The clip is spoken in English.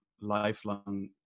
lifelong